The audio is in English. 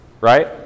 right